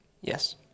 Yes